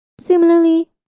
Similarly